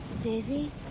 Daisy